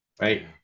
Right